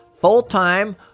full-time